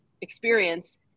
experience